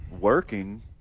working